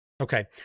Okay